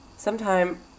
Sometime